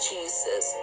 Jesus